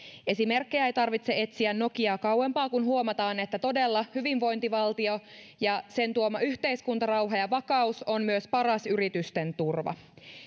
esimerkkejä ei tarvitse etsiä nokiaa kauempaa kun huomataan että todella hyvinvointivaltio ja ja sen tuoma yhteiskuntarauha ja vakaus ovat myös paras yritysten turva